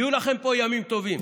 יהיו לכם פה ימים טובים,